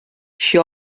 she